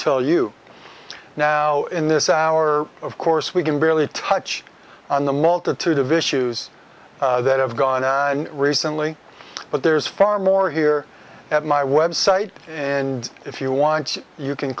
tell you now in this hour of course we can barely touch on the multitude of issues that have gone recently but there is far more here at my website and if you want you can